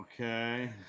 Okay